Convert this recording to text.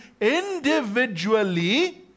individually